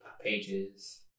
pages